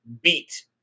beat